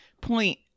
point